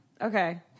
Okay